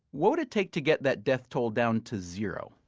what would it take to get that death toll down to zero?